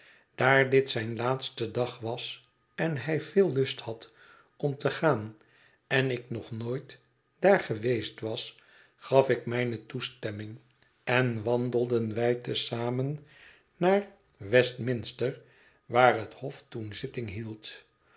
daar dit zijn laatste dag was en hij veel lust had om te gaan en ik nog nooit daar geweest was gaf ik mijne toestemming en wandelden wij te zamen naar westminster waar het hof toen zitting hield